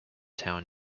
town